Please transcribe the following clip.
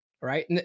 Right